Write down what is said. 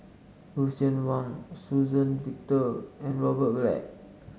Lucien Wang Suzann Victor and Robert Black